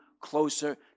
closer